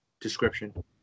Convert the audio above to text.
description